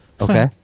Okay